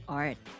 art